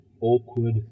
awkward